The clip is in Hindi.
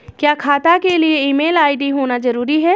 क्या खाता के लिए ईमेल आई.डी होना जरूरी है?